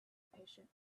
patient